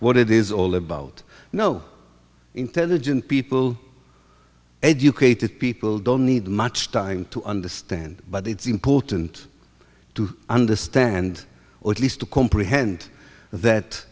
what it is all about no intelligent people educated people don't need much time to understand but it's important to understand or at least to comprehend that